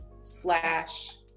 slash